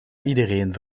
iedereen